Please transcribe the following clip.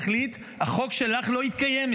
יחליט שהחוק שלך לא יתקיים,